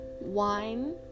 wine